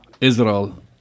Israel